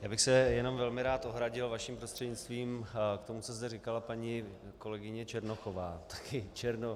Já bych se jenom velmi rád ohradil vaším prostřednictvím k tomu, co zde říkala paní kolegyně Černochová taky Černoch.